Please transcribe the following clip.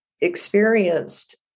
experienced